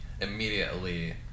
immediately